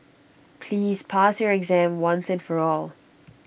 please pass your exam once and for all